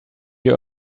you